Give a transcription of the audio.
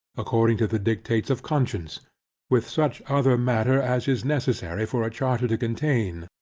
according to the dictates of conscience with such other matter as is necessary for a charter to contain.